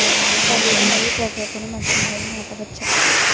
పల్లీలు మరియు పొగాకును మట్టి నేలల్లో నాట వచ్చా?